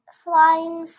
flying